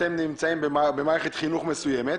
אתם נמצאים במערכת חינוך מסוימת.